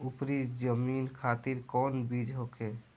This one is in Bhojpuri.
उपरी जमीन खातिर कौन बीज होखे?